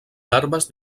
larves